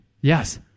Yes